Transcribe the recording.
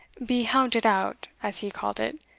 be hounded out, as he called it,